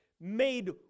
made